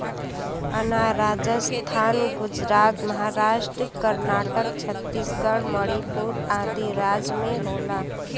अनार राजस्थान गुजरात महाराष्ट्र कर्नाटक छतीसगढ़ मणिपुर आदि राज में होला